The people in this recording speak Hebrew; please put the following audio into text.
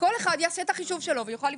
כל אחד יעשה את החישוב שלו ויוכל לבחור.